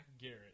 Garrett